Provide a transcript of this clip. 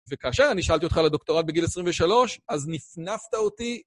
וכאשר אני שאלתי אותך על הדוקטורט בגיל 23, אז נפנפת אותי.